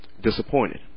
disappointed